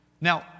Now